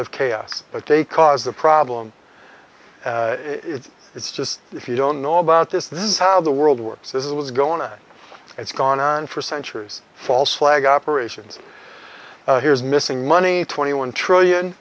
of chaos but they cause the problem it's it's just if you don't know about this this is how the world works this is what's going on it's gone on for centuries false flag operations here's missing money twenty one trillion